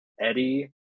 Eddie